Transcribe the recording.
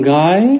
guy